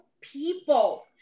people